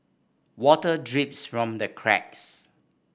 water drips from the cracks